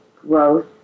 growth